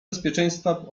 bezpieczeństwa